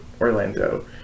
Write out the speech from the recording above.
Orlando